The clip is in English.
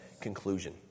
conclusion